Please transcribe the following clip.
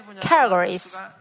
categories